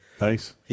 Nice